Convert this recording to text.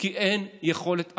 כי אין יכולת החלטה.